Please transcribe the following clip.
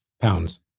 Pounds